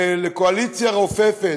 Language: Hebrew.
ולקואליציה רופפת,